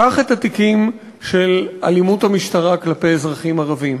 קח את התיקים של אלימות המשטרה כלפי אזרחים ערבים,